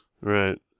Right